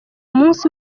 munsi